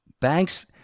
banks